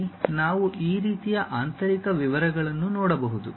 ಇಲ್ಲಿ ನಾವು ಈ ರೀತಿಯ ಆಂತರಿಕ ವಿವರಗಳನ್ನು ನೋಡಬಹುದು